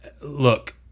look